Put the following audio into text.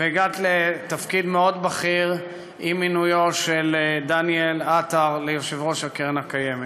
והגעת לתפקיד מאוד בכיר עם מינויו של דניאל עטר ליושב-ראש הקרן הקיימת,